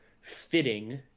fitting